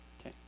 Okay